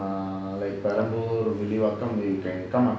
err like peramboor villivakkam you can come